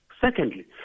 Secondly